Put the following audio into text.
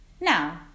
Now